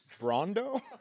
Brando